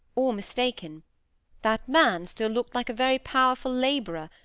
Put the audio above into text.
or mistaken that man still looked like a very powerful labourer,